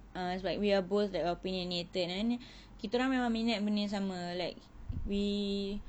ah it's like we are both the opinionated and then kitaorang memang minat benda yang sama like we